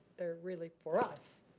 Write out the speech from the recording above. they're really for us.